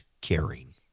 caring